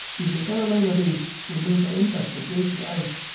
if the carolina bays were made by impacts of glacier ice,